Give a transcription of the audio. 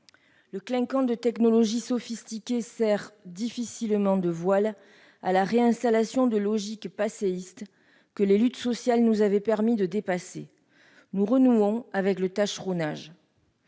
Le clinquant de technologies sophistiquées sert- difficilement -de voile à la réinstallation de logiques passéistes, que les luttes sociales nous avaient permis de dépasser. Nous renouons avec le tâcheronnage